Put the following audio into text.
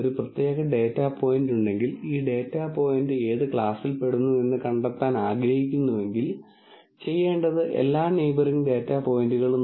ഈ ഡാറ്റയെ അടിസ്ഥാനമാക്കി പമ്പ് സാധാരണ നിലയിലാണോ പ്രവർത്തിക്കുന്നത് അല്ലെങ്കിൽ ഫൈലിയർ മോഡ് 1 ആയിരിക്കാൻ സാധ്യതയുണ്ടോ അതോ പമ്പിന്റെ നിലവിലെ അവസ്ഥ ഫൈലിയർ മോഡ് 2 ആണോ എന്നിങ്ങനെ പ്രോബ്ളത്തിന്റെ നിലവിലെ സാഹചര്യം പറയാൻ എനിക്ക് കഴിയും